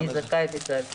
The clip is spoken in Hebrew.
מי זכאי בכלל.